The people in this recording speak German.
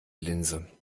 linse